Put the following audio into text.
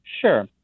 sure